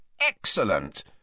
Excellent